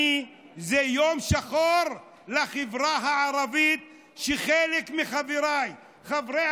זה יום שחור לחברה הערבית שחלק מחבריי חברי